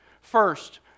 First